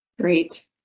great